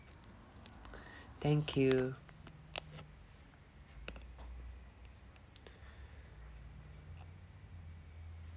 thank you